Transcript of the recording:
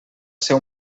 ser